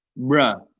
bruh